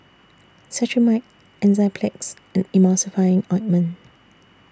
Cetrimide Enzyplex and Emulsying Ointment